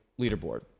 leaderboard